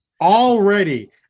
already